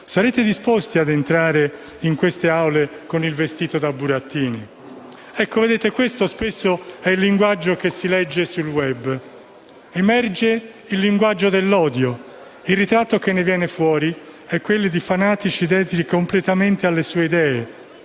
saremo disposti a entrare in queste Aule con il vestito da burattini. Ecco, vedete, questo spesso è il linguaggio che si legge sul *web*; emerge il linguaggio dell'odio, il ritratto che ne viene fuori è quello di fanatici dediti completamente alle loro idee: